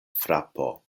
frapo